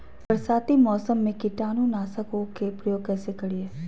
बरसाती मौसम में कीटाणु नाशक ओं का प्रयोग कैसे करिये?